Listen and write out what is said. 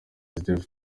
joseph